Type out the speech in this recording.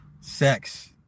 Sex